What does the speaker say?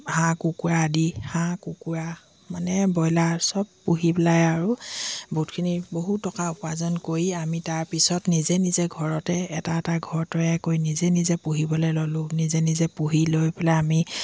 হাঁহ কুকুৰা আদি হাঁহ কুকুৰা মানে ব্ৰইলাৰ চব পুহি পেলাই আৰু বহুতখিনি বহুত টকা উপাৰ্জন কৰি আমি তাৰপিছত নিজে নিজে ঘৰতে এটা এটা ঘৰ তৈয়াৰ কৰি নিজে নিজে পুহিবলৈ ল'লোঁ নিজে নিজে পুহি লৈ পেলাই আমি